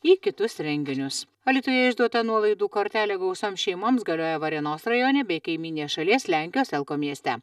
į kitus renginius alytuje išduota nuolaidų kortelė gausioms šeimoms galioja varėnos rajone bei kaimyninės šalies lenkijos elko mieste